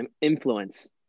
influence